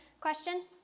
Question